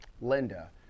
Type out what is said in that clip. Linda